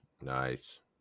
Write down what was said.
Nice